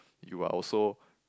you are also